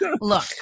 Look